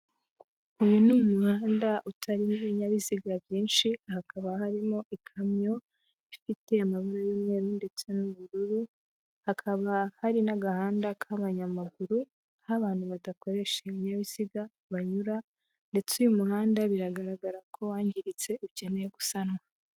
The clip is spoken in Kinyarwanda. Uyu ni umuhanda utarimo ibinyabiziga byinshi, hakaba harimo ikamyo ifite amabara y'umweru ndetse n'ubururu, hakaba hari n'agahanda k'abanyamaguru, aho abantu badakoresha ibinyabiziga banyura ndetse uyu muhanda biragaragara ko wangiritse ukeneye gusanwa.